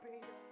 baby